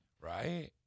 Right